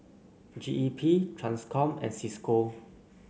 G E P Transcom and Cisco